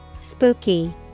spooky